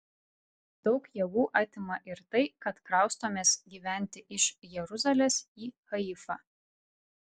daug jėgų atima ir tai kad kraustomės gyventi iš jeruzalės į haifą